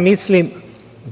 mislim